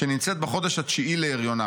שנמצאת בחודש התשיעי להריונה.